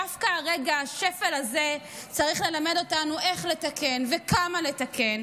דווקא רגע השפל הזה צריך ללמד אותנו איך לתקן וכמה לתקן,